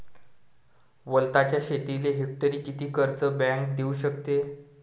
वलताच्या शेतीले हेक्टरी किती कर्ज बँक देऊ शकते?